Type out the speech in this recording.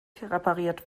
repariert